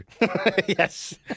Yes